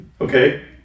Okay